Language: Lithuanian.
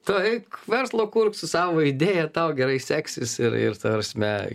tu eik verslą kurk su savo idėja tau gerai seksis ir ir ta prasme